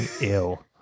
ill